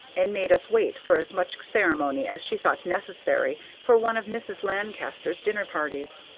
and make us wait for as much ceremony as she thought necessary for one of mrs. lancaster's dinner-parties.